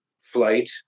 flight